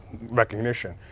recognition